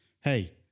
Hey